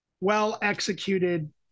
well-executed